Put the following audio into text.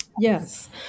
Yes